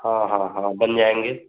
हाँ हाँ हाँ बन जाएँगे